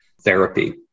therapy